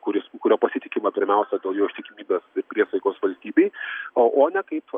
kuris kuriuo pasitikima pirmiausia dėl jo ištikimybės priesaikos valstybei o o ne kaip